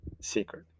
secret